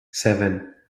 seven